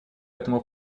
этому